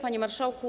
Panie Marszałku!